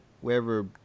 wherever